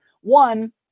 one